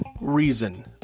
reason